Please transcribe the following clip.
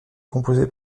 composées